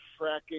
fracking